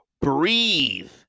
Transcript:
breathe